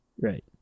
Right